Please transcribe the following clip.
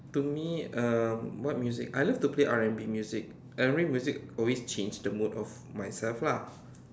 to me um what music I love to play R&B music R&B music always change the mood of myself lah